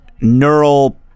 neural